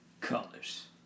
Colors